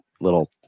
little